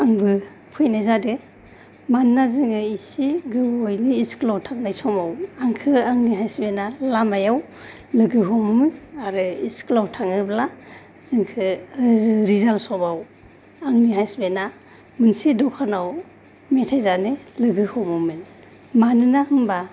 आंबो फैनाय जादों मानोना जोङो इसे गुबै इसखुलाव थांनाय समाव आंखो आंनि हासबेना लामायाव लोगो हमोमोन आरो इसखुलाव थाङोब्ला जोंखौ रिजाल समाव आंनि हासबेना मोनसे दखानाव मेथाय जानो लोगो हमोमोन मानोना होमबा